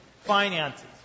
finances